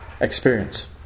experience